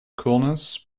coolness